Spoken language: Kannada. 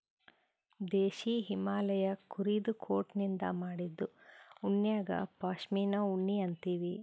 ದೇಶೀ ಹಿಮಾಲಯ್ ಕುರಿದು ಕೋಟನಿಂದ್ ಮಾಡಿದ್ದು ಉಣ್ಣಿಗಾ ಪಶ್ಮಿನಾ ಉಣ್ಣಿ ಅಂತೀವಿ